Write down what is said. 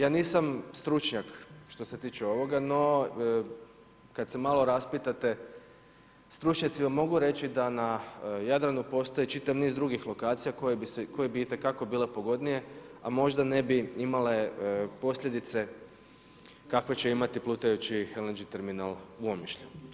Ja nisam stručnjak što se tiče ovoga, no kada se malo raspitate stručnjaci vam mogu reći da na Jadranu postoji čitav niz drugih lokacija koje bi itekako bile pogodnije, a možda ne bi imale posljedice kakve će imati plutajući LNG terminal u Omišlju.